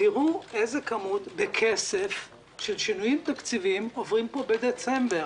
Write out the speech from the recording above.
תראו איזו כמות כסף של שינויים תקציביים עוברת פה בדצמבר.